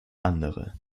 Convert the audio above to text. andere